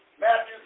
Matthew